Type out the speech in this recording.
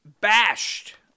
bashed